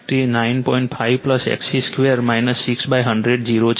5 XC 2 61000 છે